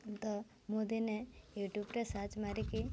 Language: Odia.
ମୁଁ ତ ମୁଁ ଦିନେ ୟୁଟ୍ୟୁବରେ ସର୍ଚ୍ଚ ମାରିକି